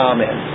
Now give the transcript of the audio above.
Amen